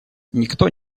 никто